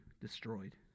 destroyed